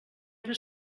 era